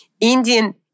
Indian